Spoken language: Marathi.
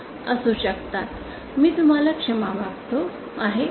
मी तुम्हाला क्षमा मागत आहे